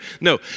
No